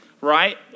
right